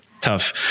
tough